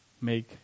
make